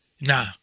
Nah